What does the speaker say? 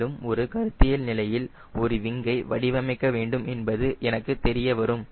மேலும் ஒரு கருத்தியல் நிலையில் ஒரு விங்கை வடிவமைக்க வேண்டும் என்பது எனக்கு தெரிய வரும்